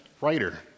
writer